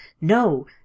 No